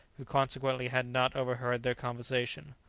who consequently had not overheard their conversation.